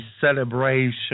celebration